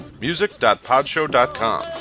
Music.podshow.com